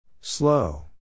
Slow